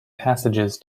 passages